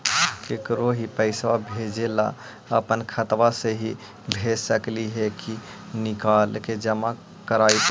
केकरो ही पैसा भेजे ल अपने खाता से ही भेज सकली हे की निकाल के जमा कराए पड़तइ?